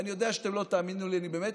ואני יודע שאתם לא תאמינו לי: אני באמת